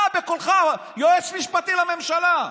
אתה, בקולך, יועץ משפטי לממשלה,